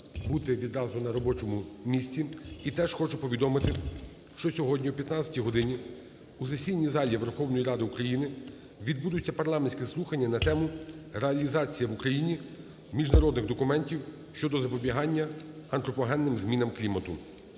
бути відразу на робочому місці. І теж хочу повідомити, що сьогодні о 15 годині у сесійній залі Верховної Ради України відбудуться парламентські слухання на тему: "Реалізація в Україні міжнародних документів щодо запобігання антропогенним змінам клімату".